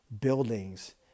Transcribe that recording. buildings